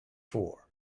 four